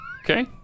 Okay